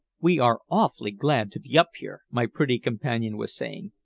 we are awfully glad to be up here, my pretty companion was saying.